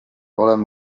olen